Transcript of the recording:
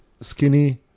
skinny